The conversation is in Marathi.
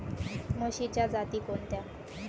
म्हशीच्या जाती कोणत्या?